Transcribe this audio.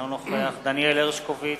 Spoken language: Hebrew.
אינו נוכח דניאל הרשקוביץ,